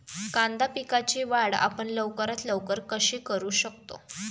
कांदा पिकाची वाढ आपण लवकरात लवकर कशी करू शकतो?